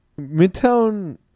Midtown